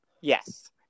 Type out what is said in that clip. Yes